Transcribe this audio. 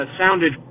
sounded